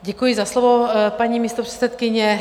Děkuji za slovo, paní místopředsedkyně.